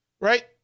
right